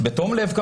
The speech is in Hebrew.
בתום לב,